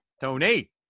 Tony